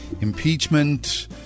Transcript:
impeachment